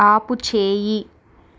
ఆపు చేయి